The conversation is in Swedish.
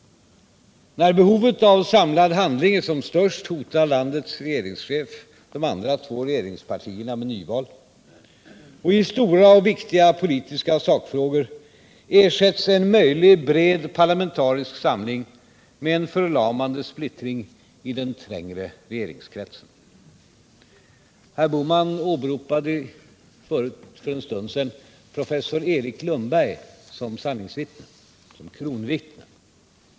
När behovet av samlad handling är som störst hotar landets regeringschef de andra två regeringspartierna med nyval. I stora och viktiga politiska sakfrågor ersätts en möjlig bred parlamentarisk samling med en förlamande splittring i den trängre regeringskretsen. Herr Bohman åberopade för en stund sedan professor Erik Lundberg som sanningsvittne, kronvittne.